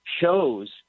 shows